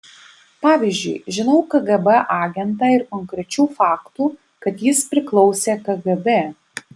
pavyzdžiui žinau kgb agentą ir konkrečių faktų kad jis priklausė kgb